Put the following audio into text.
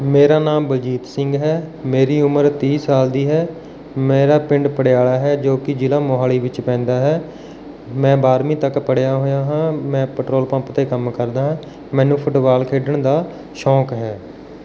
ਮੇਰਾ ਨਾਮ ਬਲਜੀਤ ਸਿੰਘ ਹੈ ਮੇਰੀ ਉਮਰ ਤੀਹ ਸਾਲ ਦੀ ਹੈ ਮੇਰਾ ਪਿੰਡ ਪਡਿਆਲ਼ਾ ਹੈ ਜੋ ਕਿ ਜ਼ਿਲ੍ਹਾ ਮੋਹਾਲੀ ਵਿੱਚ ਪੈਂਦਾ ਹੈ ਮੈਂ ਬਾਰ੍ਹਵੀਂ ਤੱਕ ਪੜ੍ਹਿਆ ਹੋਇਆ ਹਾਂ ਮੈਂ ਪੈਟਰੋਲ ਪੰਪ 'ਤੇ ਕੰਮ ਕਰਦਾ ਹਾਂ ਮੈਨੂੰ ਫੁੱਟਬਾਲ ਖੇਡਣ ਦਾ ਸ਼ੌਕ ਹੈ